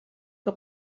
que